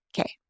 Okay